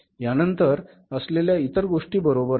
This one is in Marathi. यानंतर असलेल्या इतर गोष्टी बरोबर आहेत